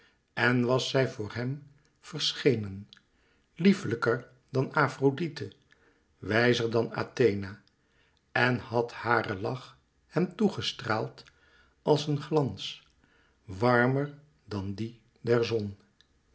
en was zij voor hem verschenen lieflijker dan afrodite wijzer dan athena en had hare lach hem toe gestraald als een glans warmer dan die